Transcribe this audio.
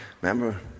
remember